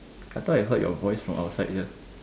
I thought I heard your voice from outside here